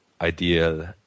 ideal